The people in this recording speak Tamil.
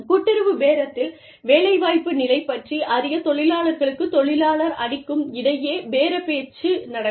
கூட்டுறவு பேரத்தில் வேலைவாய்ப்பு நிலை பற்றி அறியத் தொழிலாளர்களுக்குத் தொழிலாளர் அணிக்கும் இடையே பேரப்பேச்சு நடக்கும்